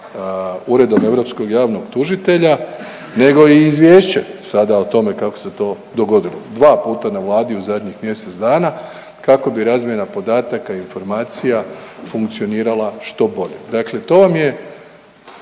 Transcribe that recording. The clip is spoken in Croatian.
Uredom europskog javnog tužitelja nego i izvješće sada o tome kako se to dogodilo, dva puta na vladi u zadnjih mjesec dana kako bi razmjena podataka informacija funkcionirala što bolje. Dakle, to vam je